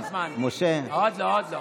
יש לי זמן, עוד לא.